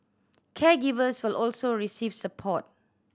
caregivers will also receive support